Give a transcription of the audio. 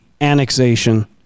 annexation